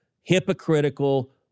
hypocritical